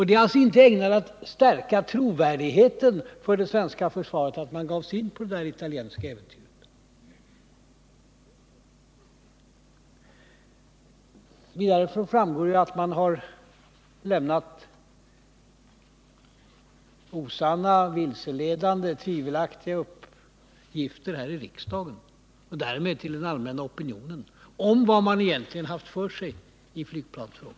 Det är inte ägnat att stärka Måndagen den trovärdigheten när det gäller det svenska försvaret att man gav sig in på det 4 december 1978 italienska äventyret. Vidare framgår det att man lämnat osanna, vilseledande, tvivelaktiga Om B3LA-projekuppgifter här i riksdagen och därmed till den allmänna opinionen om vad man egentligen haft för sig i flygplansfrågan.